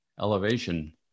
elevation